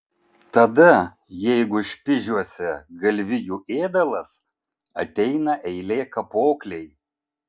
tada jeigu špižiuose galvijų ėdalas ateina eilė kapoklei